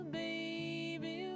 baby